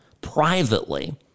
privately